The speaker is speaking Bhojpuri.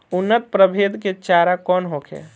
उन्नत प्रभेद के चारा कौन होखे?